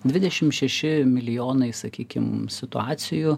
dvidešim šeši milijonai sakykime situacijų